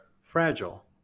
fragile